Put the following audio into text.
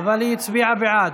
אבל היא הצביעה בעד.